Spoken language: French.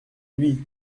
lui